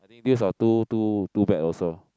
I think these are too too too bad also